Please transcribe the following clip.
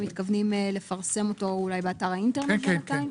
מתכוונים לפרסם אותו אולי באתר האינטרנט בינתיים?